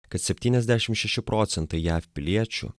kad septyniasdešimt šeši procentai jav piliečių